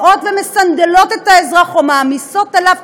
שמסנדלות את האזרח או מעמיסות עליו,